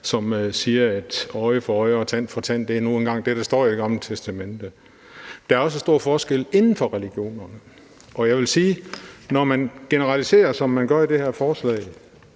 som siger: øje for øje og tand for tand. Det er nu engang det, der står i Det Gamle Testamente. Der er også stor forskel inden for religionerne. Jeg vil sige, at når man generaliserer, som man gør i det her forslag,